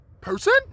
person